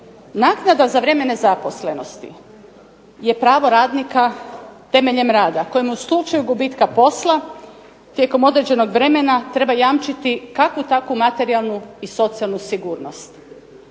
Naknada za vrijeme nezaposlenosti je pravo radnika, temeljem rada, kojem u slučaju gubitka posla tijekom određenog vremena treba jamčiti kakvu takvu materijalnu i socijalnu sigurnost.